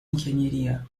ingeniería